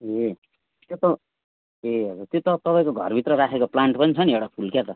ए त्यो त ए हजुर त्यो त तपाईँको घरभित्र राखेको प्लान्ट पनि छ नि एउटा फुल क्या त